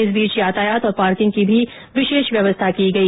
इस बीच यातायात और पार्किंग की भी विशेष व्यवस्था की गई